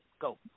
Go